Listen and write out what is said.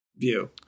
view